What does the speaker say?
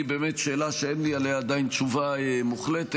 באמת שאלה שאין לי עליה עדיין תשובה מוחלטת,